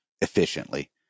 efficiently